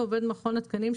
הישראלי" עובד מכון התקנים,